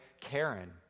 Karen